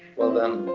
well then,